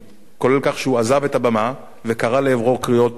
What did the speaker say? כולל בכך שהוא עזב את הבמה וקרא לעברו קריאות גנאי,